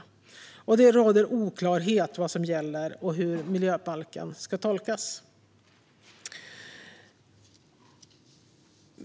Det råder oklarhet om vad som gäller och hur miljöbalken ska tolkas.